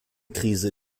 krise